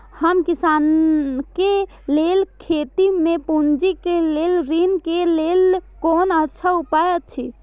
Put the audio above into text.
हम किसानके लेल खेती में पुंजी के लेल ऋण के लेल कोन अच्छा उपाय अछि?